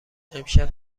امشب